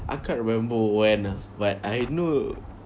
I can't remember when ah but I know